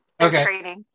Okay